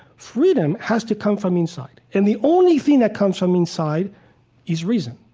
freedom has to come from inside. and the only thing that comes from inside is reason.